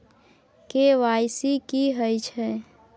KYC की हय छै?